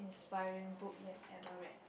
inspiring book you've ever read